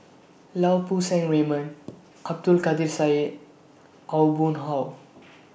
Lau Poo Seng Raymond Abdul Kadir Syed Aw Boon Haw